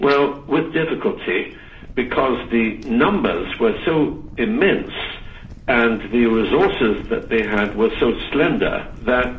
well, with difficulty because the numbers were so immense and the resources that they had were so slender that